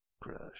Crush